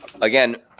again